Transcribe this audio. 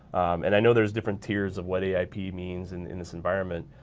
and i know there's different tiers of what aip means in this environment.